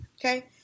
Okay